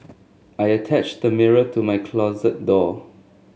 I attached the mirror to my closet door